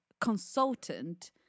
consultant